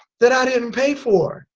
that i didn't pay for